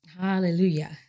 Hallelujah